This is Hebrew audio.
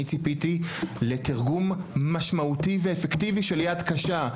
אני ציפיתי לתרגום משמעותי ואפקטיבי של יד קשה,